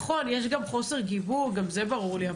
נכון, יש גם חוסר גיבוי, גם זה ברור לי.